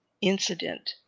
incident